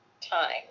time